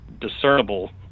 discernible